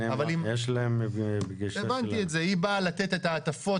היא באה לתת את ההטפות,